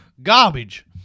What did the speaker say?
Garbage